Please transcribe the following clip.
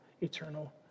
eternal